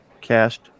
cast